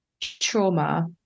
trauma